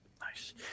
Nice